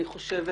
אני חושבת